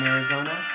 Arizona